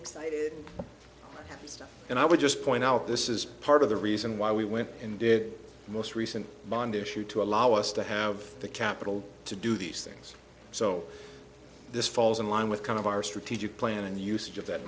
stuff and i would just point out this is part of the reason why we went and did the most recent bond issue to allow us to have the capital to do these things so this falls in line with kind of our strategic plan and the usage of that